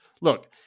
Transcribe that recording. Look